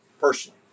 personally